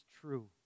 true